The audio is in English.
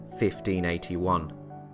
1581